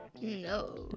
No